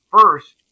first